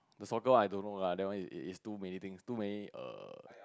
the soccer one I don't know lah that one is it's too many things too many err